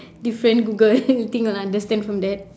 different google the thing will understand from that